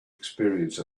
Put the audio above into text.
experience